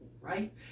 Right